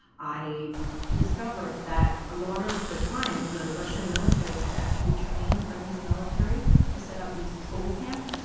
i discovered that, a lot of the time, the russian military had actually trained burmese military to set up these troll camps,